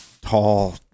tall